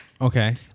Okay